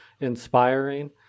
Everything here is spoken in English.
inspiring